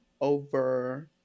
over